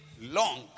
long